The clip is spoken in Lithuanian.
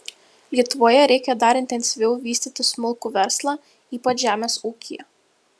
lietuvoje reikia dar intensyviau vystyti smulkų verslą ypač žemės ūkyje